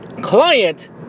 client